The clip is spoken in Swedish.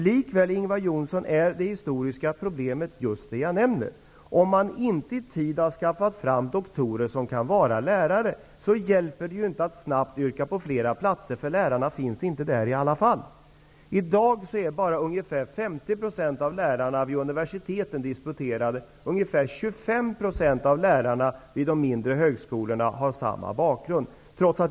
Likväl är det historiska problemet just det som jag nämnde, Ingvar Johnsson, nämligen att om man inte i tid ser till att det finns doktorer som kan vara lärare, hjälper det ju inte att snabbt yrka på flera platser, när det i alla fall inte finns några lärare. I dag har bara ca 50 % av lärarna vid universiteten disputerat. Ca 25 % av lärarna vid de mindre högskolorna har samma bakgrund.